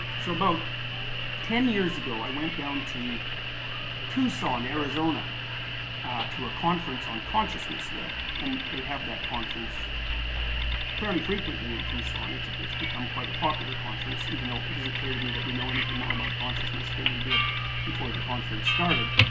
so, about ten years ago, i went down to tucson, arizona to a conference on consciousness there. and they have that conference fairly frequently in tucson. it's it's become quite a popular conference even though it isn't clear to me that we know anything more about consciousness than we did before the conference started.